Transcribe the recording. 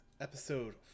episode